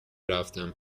رفتن